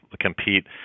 compete